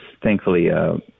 thankfully